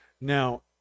Now